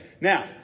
Now